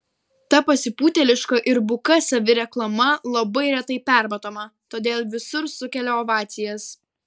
ta pasipūtėliška ir buka savireklama labai retai permatoma todėl visur sukelia ovacijas